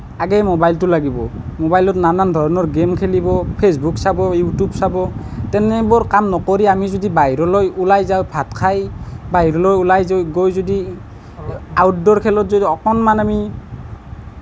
আগেই মোবাইলটো লাগিব মোবাইলত নানান ধৰণৰ গেম খেলিব ফেচবুক চাব ইউটিউব চাব তেনেবোৰ কাম নকৰি আমি যদি বাহিৰলৈ ওলাই যাওঁ ভাত খাই বাহিৰলৈ ওলাই যাই গৈ যদি আউটডোৰ খেলত যদি অকণমান আমি